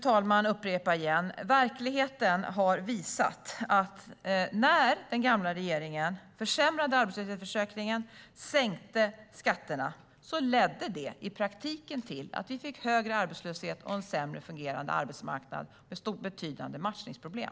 Jag upprepar att verkligheten har visat att när den gamla regeringen försämrade arbetslöshetsförsäkringen och sänkte skatterna ledde det till att det i praktiken blev högre arbetslöshet och en sämre fungerande arbetsmarknad med betydande matchningsproblem.